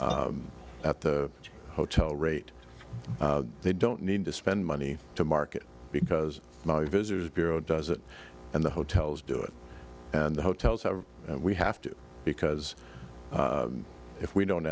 at the hotel rate they don't need to spend money to market because visitors bureau does it and the hotels do it and the hotels have we have to because if we don't